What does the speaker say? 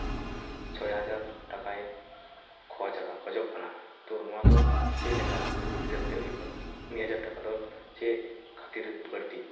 ᱪᱷᱚᱭ ᱦᱟᱡᱟᱨ ᱴᱟᱠᱟᱭ ᱠᱷᱚᱡᱽ ᱠᱟᱫᱟ ᱠᱚᱡᱚᱜ ᱠᱟᱱᱟ ᱛᱚ ᱱᱚᱣᱟ ᱫᱚ ᱪᱮᱫ ᱞᱮᱠᱟ ᱦᱤᱥᱟᱹᱵᱽ ᱛᱮ ᱦᱩᱭᱩᱜ ᱠᱟᱱᱟ ᱢᱤᱫ ᱦᱟᱡᱟᱨ ᱴᱟᱠᱟ ᱫᱚ ᱪᱮᱫ ᱠᱷᱟᱹᱛᱤᱨ ᱵᱟᱹᱲᱛᱤ